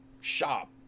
shop